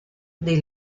dei